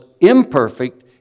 imperfect